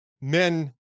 men